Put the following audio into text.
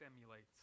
emulates